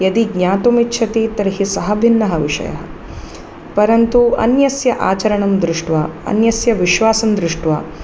यदि ज्ञातुमिच्छति तर्हिः सः भिन्नः विषयः परन्तु अन्यस्य आचरणं दृष्ट्वा अन्यस्य विश्वासं दृष्ट्वा